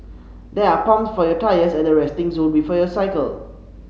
there are pumps for your tyres at the resting zone before you cycle